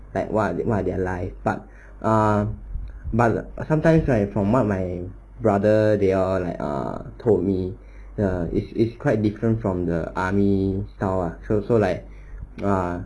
like what are their life but ah but sometimes I from what my brother they all like told me it is quite different from the army style ah so so like ah